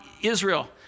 Israel